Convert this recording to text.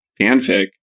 fanfic